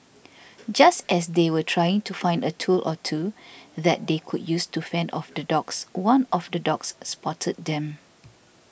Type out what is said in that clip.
just as they were trying to find a tool or two that they could use to fend off the dogs one of the dogs spotted them